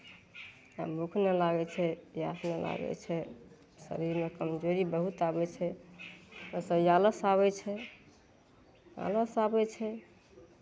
आ भूख नहि लागै छै पियास नहि लागै छै शरीरमे कमजोरी बहुत आबै छै ओहिसँ आलस आबै छै आलस आबै छै